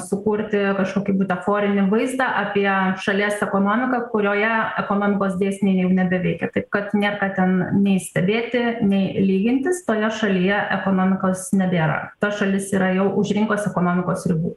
sukurti kažkokį butaforinį vaizdą apie šalies ekonomiką kurioje ekonomikos dėsniai jau nebeveikia tai kad nėr ką ten nei stebėti nei lygintis toje šalyje ekonomikos nebėra ta šalis yra jau už rinkos ekonomikos ribų